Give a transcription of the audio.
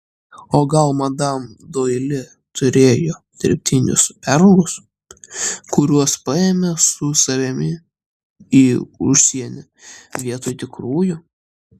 o gal madam doili turėjo dirbtinius perlus kuriuos paėmė su savimi į užsienį vietoj tikrųjų